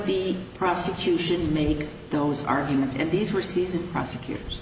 the prosecution make those arguments and these were seizing prosecutors